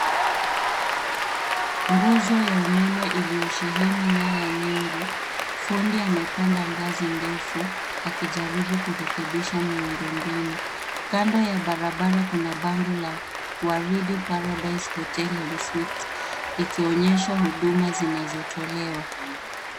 Nguzo ya umeme iliyosheheni nyaya nyingi, fundi amepanda ngazi ndefu akijaribu kurekebisha miundombinu. Kando ya barabara kuna bango la Waridi Paradise Hotel and Suites ikionyesha huduma zinazotolewa.